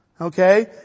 Okay